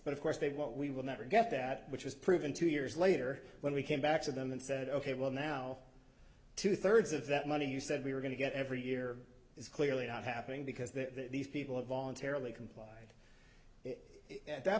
but of course they won't we will never get that which was proven two years later when we came back to them and said ok well now two thirds of that money you said we were going to get every year is clearly not happening because that these people have voluntarily complied at that